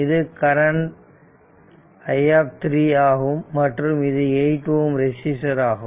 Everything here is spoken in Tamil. இது கரண்ட் i ஆகும் மற்றும் இது 8 Ω ரெசிஸ்டர் ஆகும்